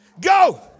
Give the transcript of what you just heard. Go